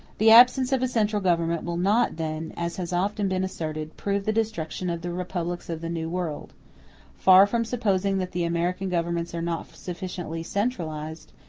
the absence of a central government will not, then, as has often been asserted, prove the destruction of the republics of the new world far from supposing that the american governments are not sufficiently centralized,